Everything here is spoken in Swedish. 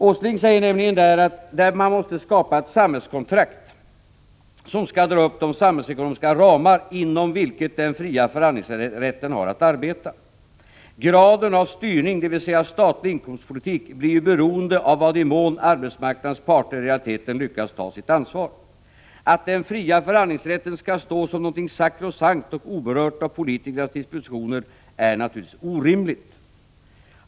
Nils Åsling säger nämligen där att man måste skapa ett samhällskontrakt, som skall dra upp de samhällsekonomiska ramar inom vilka den fria förhandlingsrätten har att arbeta. Graden av styrning, dvs. statlig inkomstpolitik, blir beroende av i vad mån arbetsmarknadens parter i realiteten lyckas ta sitt ansvar. Att den fria förhandlingsrätten skall stå som någonting sakrosankt och oberört av politikernas diskussioner är naturligtvis orimligt.